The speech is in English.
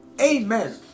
amen